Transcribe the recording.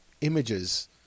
images